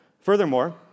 furthermore